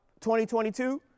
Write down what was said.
2022